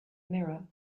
mirror